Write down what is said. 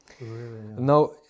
Now